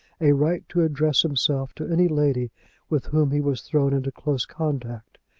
a right to address himself to any lady with whom he was thrown into close contact.